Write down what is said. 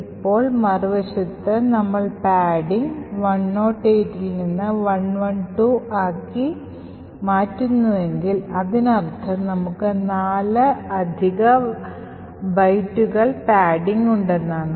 ഇപ്പോൾ മറുവശത്ത് നമ്മൾ പാഡിംഗ് 108 ൽ നിന്ന് 112 ആക്കി മാറ്റുന്നുവെങ്കിൽ അതിനർത്ഥം നമുക്ക് നാല് അധിക ബൈറ്റുകൾ പാഡിംഗ് ഉണ്ടെന്നാണ്